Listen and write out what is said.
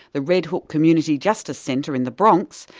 the redhook community justice centre in the bronx,